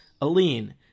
Aline